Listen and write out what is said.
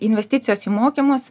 investicijos į mokymus